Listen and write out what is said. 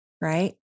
Right